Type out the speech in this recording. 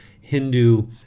hindu